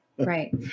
Right